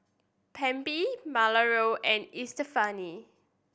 Malorie and Estefani